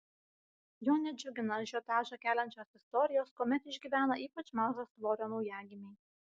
jo nedžiugina ažiotažą keliančios istorijos kuomet išgyvena ypač mažo svorio naujagimiai